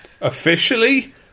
Officially